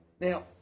Now